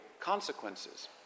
consequences